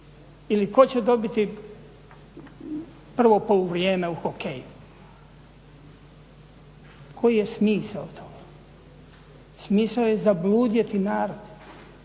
ili tko će dobiti prvo poluvrijeme u hokeju, koji je smisao toga? Smisao je zabludjeti narod,